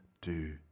do